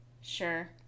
sure